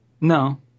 No